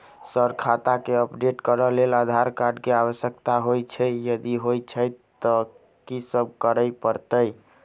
Sir खाता केँ update करऽ लेल आधार कार्ड केँ आवश्यकता होइ छैय यदि होइ छैथ की सब करैपरतैय?